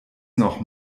noch